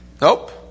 Nope